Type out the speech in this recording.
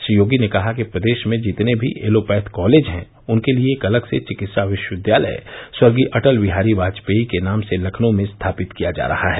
श्री योगी ने कहा कि प्रदेश में जितने भी एलोपैथ कॉलेज है उनके लिये एक अलग से चिकित्सा विश्वविद्यालय स्वर्गीय अटल विहारी वाजपेई के नाम से लखनऊ में स्थापित किया जा रहा है